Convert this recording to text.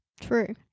True